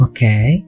Okay